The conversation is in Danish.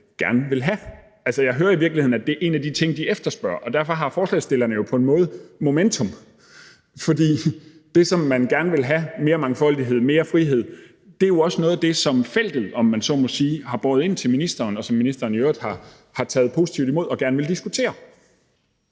gerne vil have. Jeg hører i virkeligheden, at det er en af de ting, de efterspørger, og derfor har forslagsstillerne jo på en måde momentum, for det, man gerne vil have – mere mangfoldighed, mere frihed – er jo også noget af det, som feltet, om man så må sige, har båret ind til ministeren, og som ministeren i øvrigt har taget positivt imod og gerne vil diskutere.